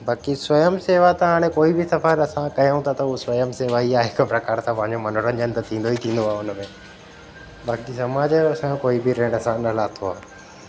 बाक़ी स्वयं सेवा त हाणे कोई बि सफ़र असां कयूं था त हूअ स्वयं सेवा ई आहे हिक प्रकार सां पंहिंजो मनोरंजनु त थींदो ई थींदो आहे उनमें बाक़ी समाज जो असांजो कोई बि ऋण असां न लाथो आहे